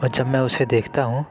اور جب میں اسے دیکھتا ہوں